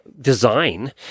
design